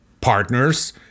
partners